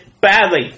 Badly